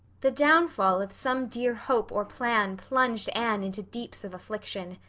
the downfall of some dear hope or plan plunged anne into deeps of affliction.